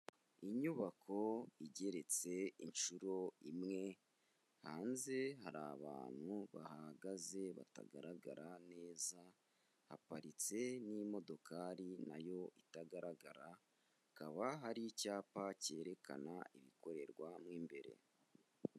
Inyubako igeretse inshuro imwe, hanze hari abantu bahagaze batagaragara neza, haparitse n'imodokari nayo itagaragara, hakaba hari icyapa cyerekana ibikorerwa mo imbere.